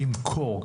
למכור.